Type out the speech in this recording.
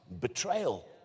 betrayal